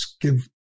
give